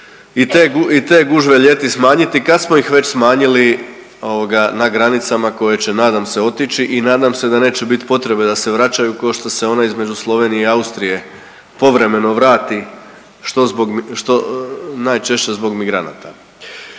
i te gužve ljeti smanjiti kad smo ih već smanjili ovoga na granicama koje će nadam se otići i nadam se da neće biti potrebe da se vraćaju ko što se ona između Slovenije i Austrije povremeno vrati što zbog, najčešće zbog migranata.